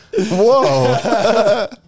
Whoa